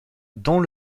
dont